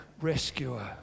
rescuer